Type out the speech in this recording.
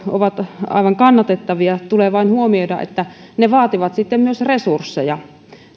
ovat aivan kannatettavia tulee vain huomioida että ne vaativat sitten myös resursseja